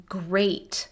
great